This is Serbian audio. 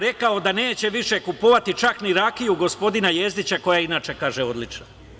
Rekao je da neće više kupovati čak ni rakiju gospodina Jezdića koja je inače odlična.